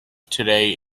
today